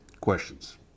Questions